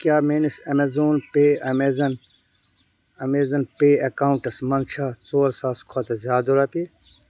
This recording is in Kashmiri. کیٛاہ میٲنِس اَمیزن پے اَمیزَن اَمیزَن پے اکلاونٹَس منٛز چھا ژور ساس کھۄتہٕ زِیٛادٕ رۄپیہِ